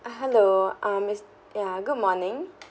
ah hello ah miss ya good morning